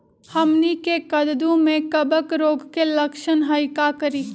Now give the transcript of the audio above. हमनी के कददु में कवक रोग के लक्षण हई का करी?